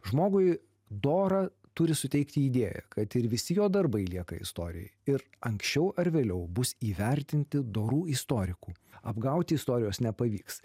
žmogui dora turi suteikti idėją kad ir visi jo darbai lieka istorijai ir anksčiau ar vėliau bus įvertinti dorų istorikų apgauti istorijos nepavyks